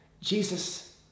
Jesus